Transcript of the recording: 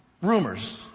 rumors